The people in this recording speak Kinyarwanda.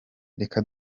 reka